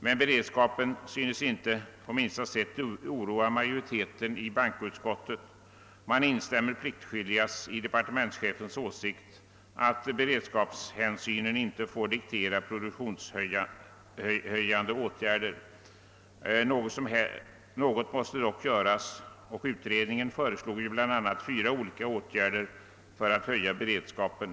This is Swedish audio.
Men beredskapssituationen synes inte på minsta sätt oroa majoriteten i bankoutskottet — man instämmer pliktskyldigast i departementschefens åsikt, att beredskapshänsyn inte får diktera produktionshöjande åtgärder. Något måste dock göras, och utredningen föreslog bl.a. fyra åtgärder för att höja beredskapen.